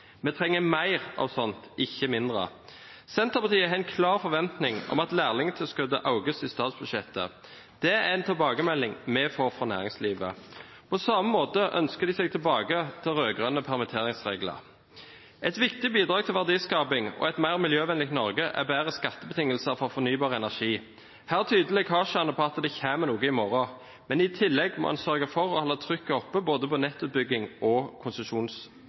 Vi trenger mer av sånt, ikke mindre. Senterpartiet har en klar forventning om at lærlingtilskuddet økes i statsbudsjettet. Det er en tilbakemelding vi får fra næringslivet. På samme måte ønsker de seg tilbake til rød-grønne permitteringsregler. Et viktig bidrag til verdiskaping og et mer miljøvennlig Norge er bedre skattebetingelser for fornybar energi. Her tyder lekkasjene på at det kommer noe i morgen. Men i tillegg må man sørge for å holde trykket oppe både på nettutbygging og